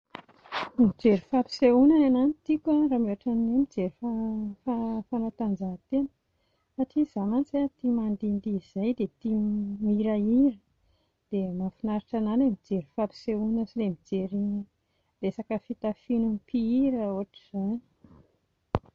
Mijery fampisehoana ny anà no tiako a raha miohatra amin'ny hoe mijery fanatanjahantena satria izaho mantsy a tia mandihindihy izay dia tia mihirahira, dia mahafinaritra anà ilay mijery fampisehoana sy ilay mijery resaka fitafian'ny mpihira ohatr'izany